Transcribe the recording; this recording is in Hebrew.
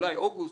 אולי אוגוסט,